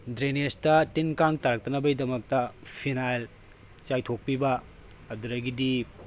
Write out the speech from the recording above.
ꯗ꯭ꯔꯦꯅꯦꯖꯇ ꯇꯤꯟ ꯀꯥꯡ ꯇꯥꯔꯛꯇꯅꯕꯒꯤꯗꯃꯛꯇ ꯐꯤꯅꯥꯏꯜ ꯆꯥꯏꯊꯣꯛꯄꯤꯕ ꯑꯗꯨꯗꯒꯤꯗꯤ